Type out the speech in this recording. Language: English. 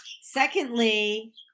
Secondly